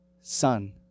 son